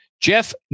Jeff